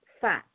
fat